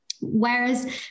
Whereas